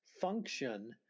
function